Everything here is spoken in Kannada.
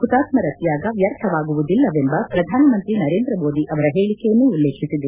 ಹುತಾತ್ಮರ ತ್ಯಾಗ ವ್ಯರ್ಥವಾಗುವುದಿಲ್ಲವೆಂಬ ಪ್ರಧಾನ ಮಂತ್ರಿ ನರೇಂದ್ರ ಮೋದಿ ಅವರ ಹೇಳಿಕೆಯನ್ನು ಉಲ್ಲೇಖಿಸಿದೆ